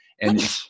and-